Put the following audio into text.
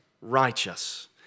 righteous